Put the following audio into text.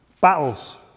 battles